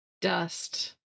dust